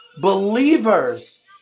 Believers